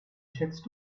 schätzt